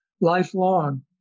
lifelong